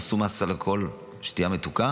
עשו מס על כל השתייה המתוקה,